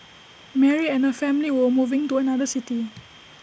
Mary and her family were moving to another city